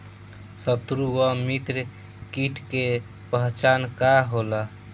सत्रु व मित्र कीट के पहचान का होला?